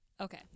Okay